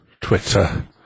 Twitter